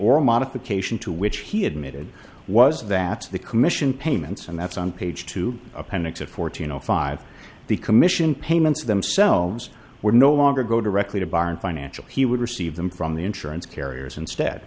or modification to which he admitted was that the commission payments and that's on page two appendix of fourteen zero five the commission payments themselves were no longer go directly to byron financial he would receive them from the insurance carriers instead